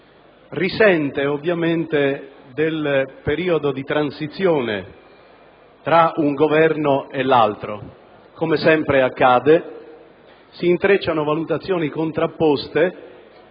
risentono, ovviamente, del periodo di transizione tra un Governo e l'altro. Come sempre accade, si intrecciano valutazioni contrapposte